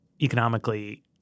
economically –